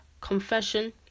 confession